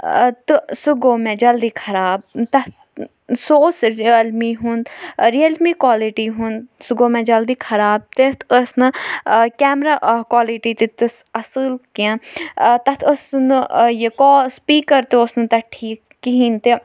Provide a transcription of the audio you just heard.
آ تہٕ سُہ گوٚو مےٚ جلدی خراب تَتھ سُہ اوس رِیَل می ہُنٛد رِیَل می کالٹی ہُنٛد سُہ گوٚو مےٚ جلدی خراب تتھ ٲس نہٕ آ کیمرا کالٹی تہِ تِژھ اَصٕل کیٚنٛہہ آ تَتھ ٲس نہٕ یہِ کال سُپیٖکَر تہِ اوس نہٕ تَتھ ٹھیٖک کِہیٖنٛۍ تہِ